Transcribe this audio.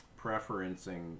preferencing